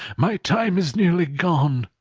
my time is nearly gone.